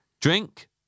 Drink